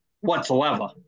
whatsoever